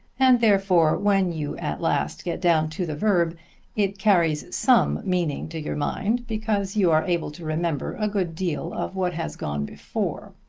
and therefore when you at last get down to the verb it carries some meaning to your mind because you are able to remember a good deal of what has gone before.